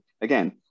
Again